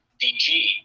DG